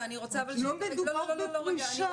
לא מדובר בפרישה.